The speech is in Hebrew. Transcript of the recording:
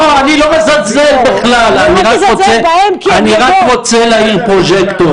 אני לא מזלזל בכלל, אני רק רוצה להאיר פרוז'קטור.